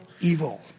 evil